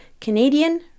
Canadian